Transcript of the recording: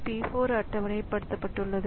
P 4 அட்டவணை பட்டுள்ளது